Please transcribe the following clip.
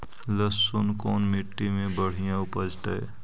लहसुन कोन मट्टी मे बढ़िया उपजतै?